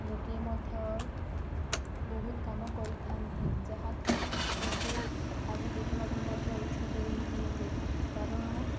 ଲୋକେ ମଧ୍ୟ ବହୁତ କାମ କରିଥାନ୍ତି ଯାହାକୁ ଲୋକେ ଆଜି ଦେଖିବାକୁ ମଧ୍ୟ ଇଚ୍ଛା କରୁନାହାନ୍ତି କାରଣ